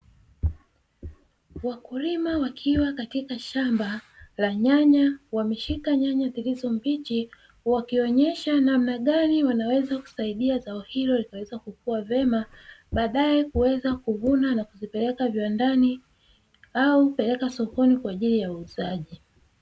Wakulima wakiwa katika shamba la nyanya, wameshika nyanya zilizo mbichi, wakionyesha namna gani wanaweza kusaidia zao hilo linaweza kukua vema, baadae kuweza kuvuna na kupeleka viwandani au kupeleka sokoni kwa ajili ya uuzaji.